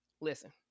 listen